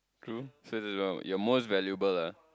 true so it's the your most valuable ah